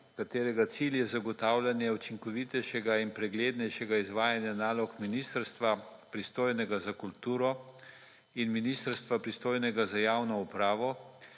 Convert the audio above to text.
katerega cilj je zagotavljanje učinkovitejšega in preglednejšega izvajanja nalog Ministrstva pristojnega za kulturo in Ministrstva pristojnega za javno upravo